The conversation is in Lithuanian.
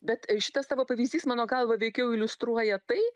bet šitas tavo pavyzdys mano galva veikiau iliustruoja tai